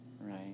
right